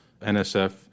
nsf